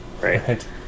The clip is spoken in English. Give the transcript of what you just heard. right